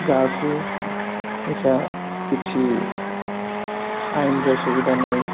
ଗାଁକୁ ମିଶା କିଛି ଆଇନର ସୁବିଧା ନାଇଁ